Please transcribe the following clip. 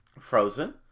Frozen